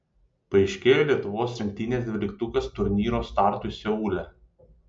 paaiškėjo lietuvos rinktinės dvyliktukas turnyro startui seule